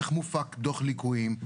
איך מופק דוח ליקויים,